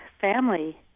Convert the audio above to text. family